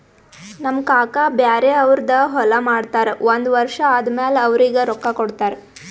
ನಮ್ ಕಾಕಾ ಬ್ಯಾರೆ ಅವ್ರದ್ ಹೊಲಾ ಮಾಡ್ತಾರ್ ಒಂದ್ ವರ್ಷ ಆದಮ್ಯಾಲ ಅವ್ರಿಗ ರೊಕ್ಕಾ ಕೊಡ್ತಾರ್